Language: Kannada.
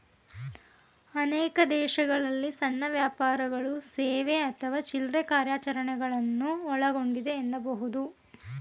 ಅನೇಕ ದೇಶಗಳಲ್ಲಿ ಸಣ್ಣ ವ್ಯಾಪಾರಗಳು ಸೇವೆ ಅಥವಾ ಚಿಲ್ರೆ ಕಾರ್ಯಾಚರಣೆಗಳನ್ನ ಒಳಗೊಂಡಿದೆ ಎನ್ನಬಹುದು